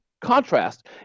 contrast